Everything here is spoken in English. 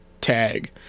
tag